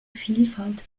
vielfalt